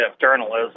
journalism